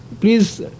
Please